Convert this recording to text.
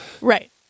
Right